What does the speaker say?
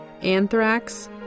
anthrax